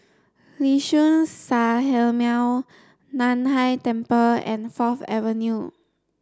Liuxun Sanhemiao Nan Hai Temple and Fourth Avenue